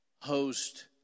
host